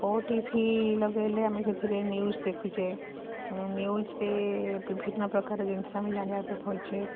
OTV ଲଗେଇଲେ ଆମେ ସେଥିରେ ନ୍ୟୁଜ୍ ଦେଖୁଛେ ନ୍ୟୁଜ୍ରେ ବିଭିନ୍ନ ପ୍ରକାର ଜିନିଷ ଆମେ ଜାଣିବା ପାଇଁ ପାଉଛେ